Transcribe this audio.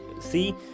see